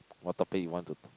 what topic you want to